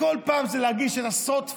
בכל פעם זה עשרות טפסים,